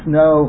no